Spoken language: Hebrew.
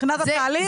מבחינת התהליך,